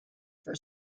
for